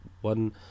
one